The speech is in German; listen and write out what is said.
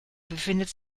befindet